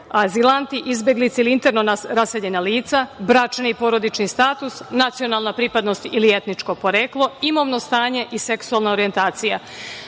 azilanti, izbeglice ili interno raseljena lica, bračni porodični status, nacionalna pripadnost ili etničko poreklo, imovno stanje i seksualna orjentacija,